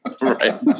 right